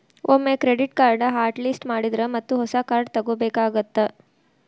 ಒಮ್ಮೆ ಕ್ರೆಡಿಟ್ ಕಾರ್ಡ್ನ hot list ಮಾಡಿದ್ರ ಮತ್ತ ಹೊಸ ಕಾರ್ಡ್ ತೊಗೋಬೇಕಾಗತ್ತಾ